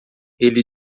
ele